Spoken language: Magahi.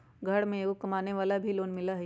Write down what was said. घर में एगो कमानेवाला के भी लोन मिलहई?